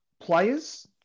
Players